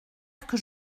que